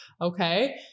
Okay